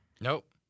Nope